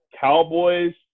Cowboys